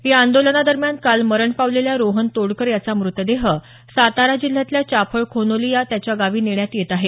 या आंदोलनातदरम्यान काल मरण पावलेल्या रोहन तोडकर याचा मृतदेह सातारा जिल्ह्यातल्या चाफळ खोनोली या त्याच्या गावी नेण्यात येत आहे